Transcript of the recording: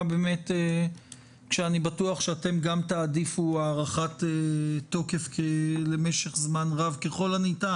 אני בטוח שגם אתם תעדיפו הארכת תוקף למשך זמן רב ככל הניתן.